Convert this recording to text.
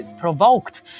provoked